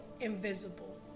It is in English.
invisible